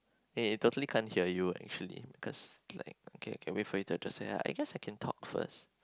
eh I totally can't hear you actually cause like okay okay wait for you to just say hi I guess I can talk first